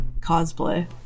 cosplay